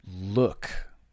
look